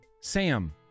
Sam